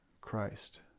Christ